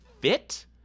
fit